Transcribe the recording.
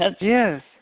Yes